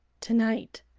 tonight.